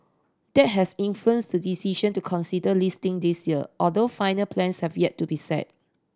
that has influenced the decision to consider listing this year although final plans have yet to be set